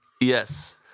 Yes